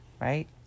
Right